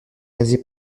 réalisé